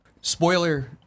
spoiler